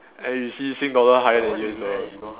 and you see sing dollar higher than U_S dollar